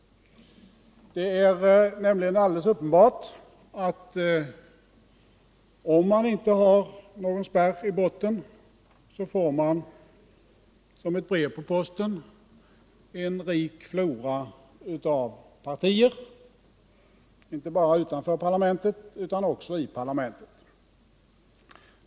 Det är nämligen alldeles uppenbart, att om man inte har någon spärr i botten, får man som ett brev på posten en rik flora av partier — inte bara utanför parlamentet utan också i parlamentet.